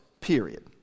period